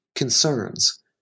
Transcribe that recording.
concerns